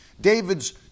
David's